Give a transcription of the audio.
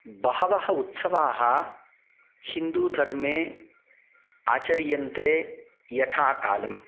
बहवः उत्सवाः हिन्दुधर्मे आचर्यन्ते यथाकालम्